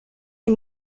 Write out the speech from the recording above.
les